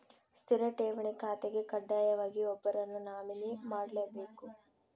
ಸ್ಥಿರ ಠೇವಣಿ ಖಾತೆಗೆ ಕಡ್ಡಾಯವಾಗಿ ಒಬ್ಬರನ್ನು ನಾಮಿನಿ ಮಾಡ್ಲೆಬೇಕ್